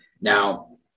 Now